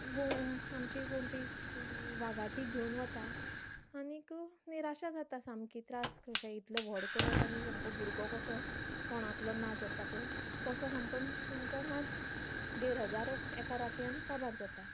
गो आमची कोण ती वागाटी घेवन वता आनीक निराशा जाता सामकी त्रास कशे इतले व्हड करप आनी सामको भुरगो कसो तोडांतलो ना जाता पळय तसो सामको आमकां नाच देड हजार एका रातयान काबार जाता